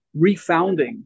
refounding